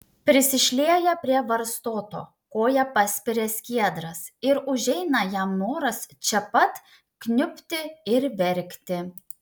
prisišlieja prie varstoto koja paspiria skiedras ir užeina jam noras čia pat kniubti ir verkti